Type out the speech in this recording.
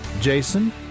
Jason